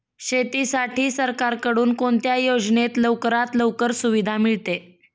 शेतीसाठी सरकारकडून कोणत्या योजनेत लवकरात लवकर सुविधा मिळते?